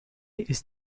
ist